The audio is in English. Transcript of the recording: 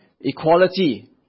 equality